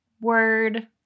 word